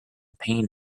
pain